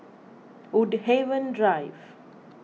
Woodhaven Drive